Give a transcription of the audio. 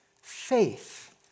faith